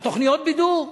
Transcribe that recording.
על תוכניות בידור.